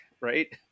right